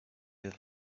with